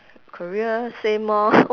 career same orh